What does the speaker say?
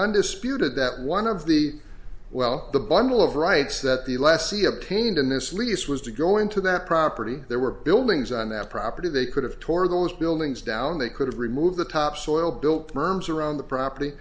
undisputed that one of the well the bundle of rights that the lessee obtained in this lease was to go into that property there were buildings on that property they could have tore those buildings down they could remove the topsoil built berms around the property